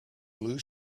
blue